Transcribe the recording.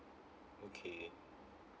okay